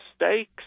mistakes